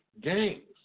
gangs